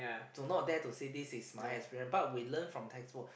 do not dare to say this is my experience but we learn from textbooks